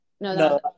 No